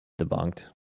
debunked